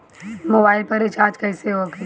Mobile पर recharge कैसे होखी?